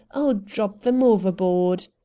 i'll drop them overboard.